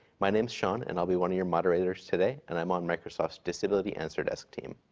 my name is sean, and i'll be one of your moderators today. and i'm on microsoft's disability answer desk team.